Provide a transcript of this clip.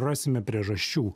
rasime priežasčių